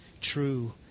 true